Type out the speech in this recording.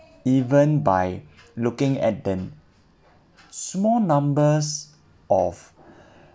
even by looking at the small numbers of